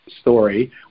story